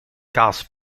kaas